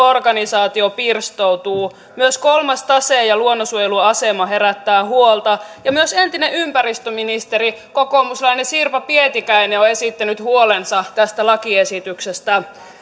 organisaatio pirstoutuu myös kolmas tase ja luonnonsuojelun asema herättävät huolta ja myös entinen ympäristöministeri kokoomuslainen sirpa pietikäinen on esittänyt huolensa tästä lakiesityksestä